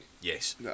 Yes